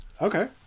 okay